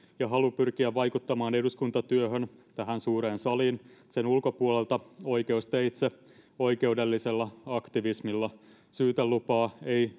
ja halu pyrkiä vaikuttamaan eduskuntatyöhön tähän suureen saliin sen ulkopuolelta oikeusteitse oikeudellisella aktivismilla syytelupaa ei